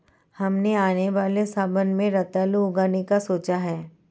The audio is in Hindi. हमने आने वाले सावन में रतालू उगाने का सोचा है